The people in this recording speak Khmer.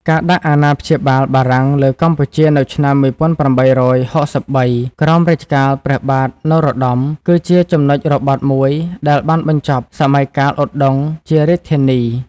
ការដាក់អាណាព្យាបាលបារាំងលើកម្ពុជានៅឆ្នាំ ១៨៦៣ ក្រោមរជ្ជកាលព្រះបាទនរោត្តម គឺជាចំណុចរបត់មួយដែលបានបញ្ចប់សម័យកាលឧដុង្គជារាជធានី។